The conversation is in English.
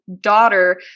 daughter